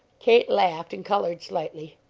kate laughed and colored slightly.